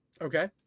Okay